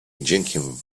wdziękiem